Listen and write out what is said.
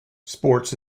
sports